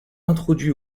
introduit